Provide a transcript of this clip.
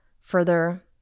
further